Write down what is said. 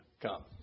come